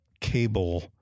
cable